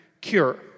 cure